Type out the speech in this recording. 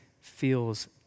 feels